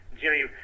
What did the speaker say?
Jimmy